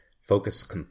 focus